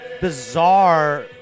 bizarre